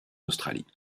australie